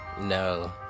No